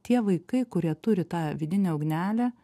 tie vaikai kurie turi tą vidinę ugnelę